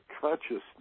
consciousness